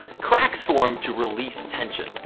cracks form to release tension,